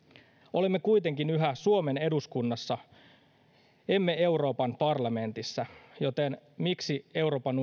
olemme kuitenkin yhä suomen eduskunnassa emme euroopan parlamentissa joten miksi euroopan